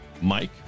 Mike